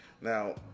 Now